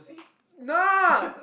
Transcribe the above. no